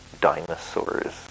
dinosaurs